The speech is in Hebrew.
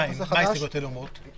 מה אומרות ההסתייגויות?